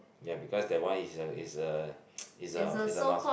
ya because that one is a is a is a noun